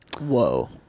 Whoa